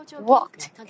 walked